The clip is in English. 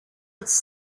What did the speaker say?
was